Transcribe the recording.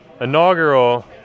inaugural